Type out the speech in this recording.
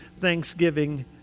Thanksgiving